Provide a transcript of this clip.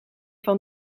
van